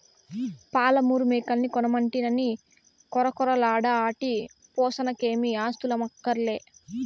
పాలమూరు మేకల్ని కొనమంటినని కొరకొరలాడ ఆటి పోసనకేమీ ఆస్థులమ్మక్కర్లే